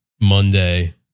Monday